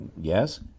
yes